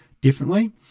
differently